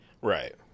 Right